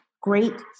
great